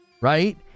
Right